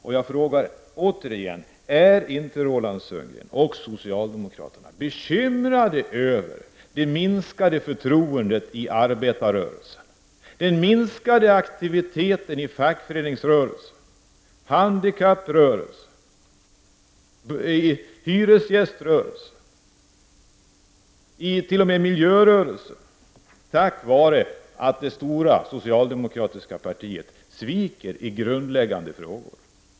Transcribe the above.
Jag vill därför återigen ställa en fråga: Är inte Roland Sundgren och socialdemokraterna bekymrade över det minskade förtroendet för socialdemokraterna inom arbetarrörelsen och den minskade aktiviteten inom fackföreningsrörelsen, handikapprörelsen, hyresgäströrelsen och t.o.m. inom miljörörelsen på grund av att det stora socialdemokratiska partiet sviker i grundläggande frågor?